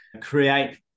create